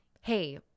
hey